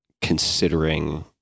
considering